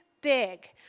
big